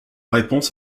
réponse